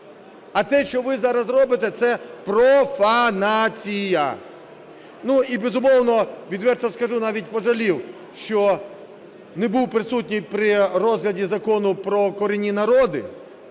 А те, що ви зараз робите, це профанація. І, безумовно, відверто скажу, навіть пожалів, що не був присутній при розгляді Закону "Про корінні народи".